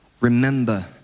remember